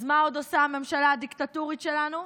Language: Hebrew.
אז מה עוד עושה הממשלה הדיקטטורית שלנו?